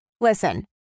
Listen